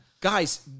guys